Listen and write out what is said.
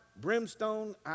brimstone